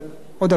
כן, בהחלט.